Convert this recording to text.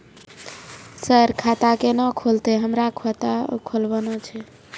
Sir खाता केना खुलतै, हमरा खाता खोलवाना छै?